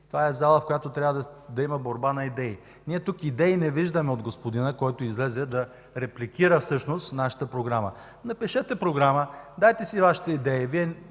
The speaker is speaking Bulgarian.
това е зала, в която трябва да има борба на идеи. Ние тук идеи не виждаме от господина, който излезе да репликира всъщност нашата програма. Напишете програма, дайте си Вашите идеи.